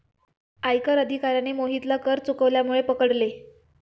आयकर अधिकाऱ्याने मोहितला कर चुकवल्यामुळे पकडले